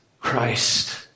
Christ